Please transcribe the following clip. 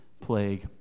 plague